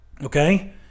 Okay